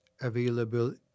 available